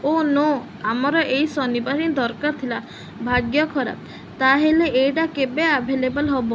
ଓଃ no ଆମର ଏଇ ଶନିବାର ହିଁ ଦରକାର ଥିଲା ଭାଗ୍ୟ ଖରାପ ତା'ହେଲେ ଏଇଟା କେବେ ଆଭେଲେବଲ୍ ହବ